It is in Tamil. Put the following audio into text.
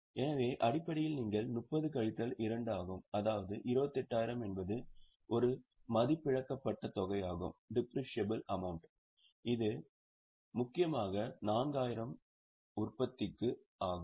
எனவே அடிப்படையில் நீங்கள் 30 கழித்தல் 2 ஆகும் அதாவது 28000 என்பது ஒரு மதிப்பிழக்கபட்ட தொகையாகும் இது முக்கியமாக 4000 உற்பத்திக்கு ஆகும்